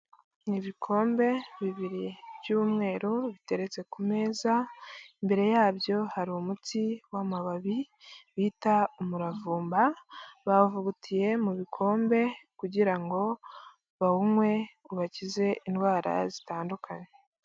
Ni ibikombe bibiri by'umweru biteretse ku meza, imbere yabyo hari umuti w'amababi bita umuravumba bawuvugutiye mu bikombe kugira ngo bawunywe ubakize indwara zitandukanye.